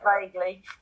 vaguely